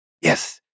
Yes